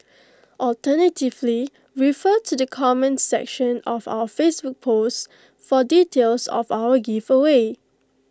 alternatively refer to the comments section of our Facebook post for details of our giveaway